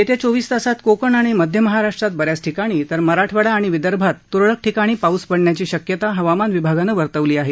येत्या चोवीस तासात कोकण आणि मध्य महाराष्ट्रात ब याच ठिकाणी तर मराठवाडा आणि विदर्भात तुरळक ठिकाणी पाऊस पडण्याची शक्यता हवामान विभागानं वर्तवली आहे